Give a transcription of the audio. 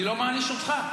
אני לא מעניש אותך.